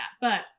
but-